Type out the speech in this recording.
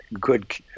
good